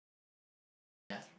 how send mail ya